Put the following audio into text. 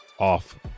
off